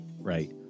Right